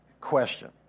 question